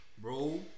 Bro